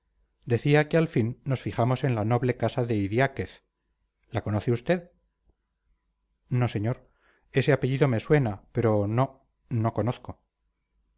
decía que al fin nos fijamos en la noble casa de idiáquez la conoce usted no señor ese apellido me suena pero no no conozco